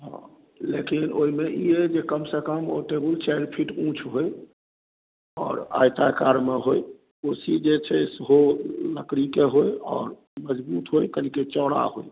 हँ लेकिन ओहिमे ई अइ जे कमसँ कम ओ टेबुल चारि फीट ऊँच होय आओर आयताकारमे होय कुर्सी जे छै सेहो लकड़ीके होय आओर मजबूत होय कनिके चौड़ा होय